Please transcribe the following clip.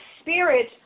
spirit